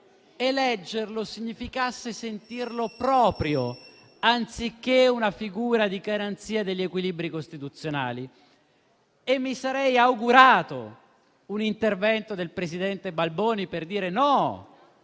eleggerlo significasse sentirlo proprio, anziché come una figura di garanzia degli equilibri costituzionali. Mi sarei augurato un intervento del presidente Balboni per dire no,